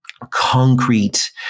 concrete